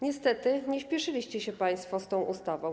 Niestety nie spieszyliście się państwo z tą ustawą.